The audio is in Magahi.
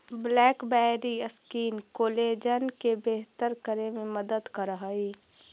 ब्लैकबैरी स्किन कोलेजन के बेहतर करे में मदद करऽ हई